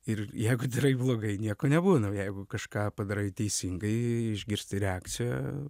ir jeigu darai blogai nieko nebūna jeigu kažką padarai teisingai išgirsti reakciją